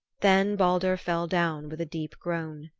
then baldur fell down with a deep groan.